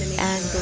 and